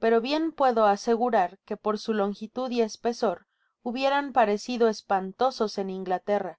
pero bien puedo asegurar que por su longitud y espesor hubieran pareeido espantosos en inglaterra